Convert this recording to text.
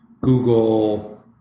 Google